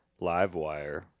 Livewire